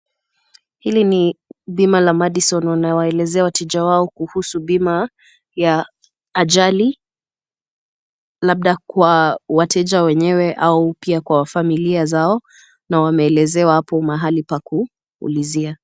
Hili ni bima la Madison wanawaelezea wateja wao kuhusu bima ya ajali labda kwa wateja wenyewe au pia kwa familia zao na wameelezewa hapo mahali pa kuulizia.